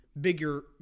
bigger